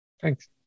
Thanks